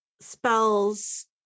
spells